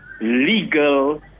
legal